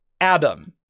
Adam